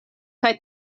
kaj